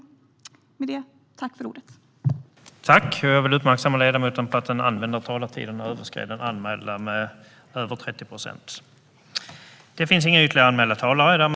Uppföljning av åter-vändandedirektivet och direktivet om varaktigt bosatta tredjelands-medborgares ställning